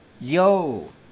Yo